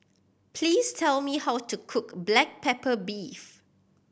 please tell me how to cook black pepper beef